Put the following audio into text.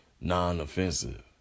non-offensive